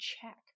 check